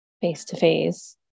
face-to-face